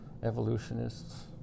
Evolutionists